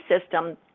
system